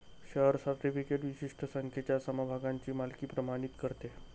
share certificate विशिष्ट संख्येच्या समभागांची मालकी प्रमाणित करते